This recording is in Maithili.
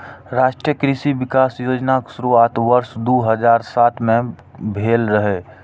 राष्ट्रीय कृषि विकास योजनाक शुरुआत वर्ष दू हजार सात मे भेल रहै